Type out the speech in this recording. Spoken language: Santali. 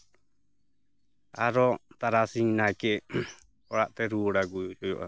ᱟᱨᱚ ᱛᱟᱨᱟᱥᱤᱧ ᱱᱟᱭᱠᱮ ᱚᱲᱟᱜᱛᱮ ᱨᱩᱣᱟᱹᱲ ᱟᱜᱩᱭᱮ ᱦᱩᱭᱩᱜᱼᱟ